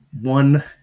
one